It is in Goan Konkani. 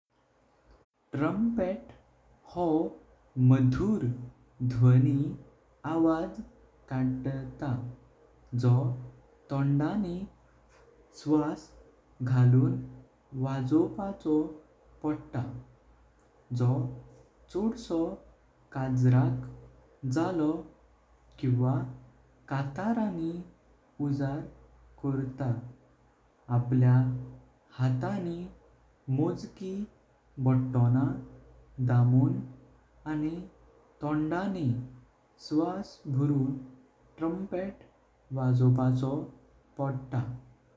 ट्रम्पेट हो मधुर ध्वनी आवाज काढता जो तोंडानी स्वास घालून वाजोपाचो पडता। जो छोटसो काजराक झालो किवा कातरानी उजड कोंतार। आपल्या हातानी मोजकी बटनां दमून आनी तोंडानी स्वास करून ट्रम्पेट वाजोपाचो पडता।